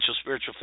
Spiritual